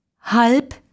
Halb